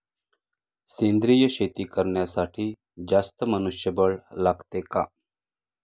सेंद्रिय शेती करण्यासाठी जास्त मनुष्यबळ लागते का?